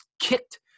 kicked